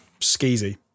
skeezy